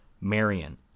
marion